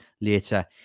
later